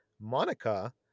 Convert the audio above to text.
Monica